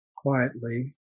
quietly